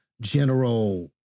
general